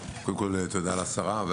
תודה רבה לשרה.